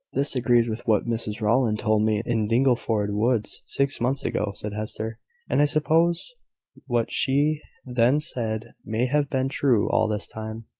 this agrees with what mrs rowland told me in dingleford woods, six months ago, said hester and i suppose what she then said may have been true all this time.